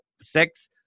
six